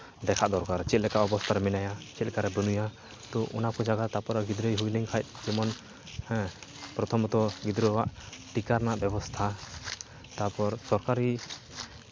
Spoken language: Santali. ᱫᱮᱠᱷᱟᱜ ᱫᱚᱨᱠᱟᱨ ᱪᱮᱫ ᱞᱮᱠᱟ ᱚᱵᱚᱥᱛᱷᱟ ᱨᱮ ᱢᱮᱱᱟᱭᱟ ᱪᱮᱫ ᱞᱮᱠᱟ ᱵᱟᱹᱱᱩᱭᱟ ᱛᱳ ᱚᱱᱟ ᱠᱚ ᱡᱟᱭᱜᱟ ᱛᱟᱨᱯᱚᱨᱮ ᱜᱤᱫᱽᱨᱟᱹᱭ ᱦᱩᱭ ᱞᱮᱱᱠᱷᱟᱱ ᱡᱮᱢᱚᱱ ᱦᱮᱸ ᱯᱨᱚᱛᱷᱚᱢᱚᱛᱚ ᱜᱤᱫᱽᱨᱟᱹᱣᱟᱜ ᱴᱤᱠᱟ ᱨᱮᱱᱟᱜ ᱵᱮᱵᱚᱥᱛᱷᱟ ᱛᱟᱨᱯᱚᱨ ᱥᱚᱨᱠᱟᱨᱤ